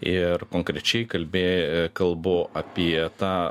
ir konkrečiai kalbė kalbu apie tą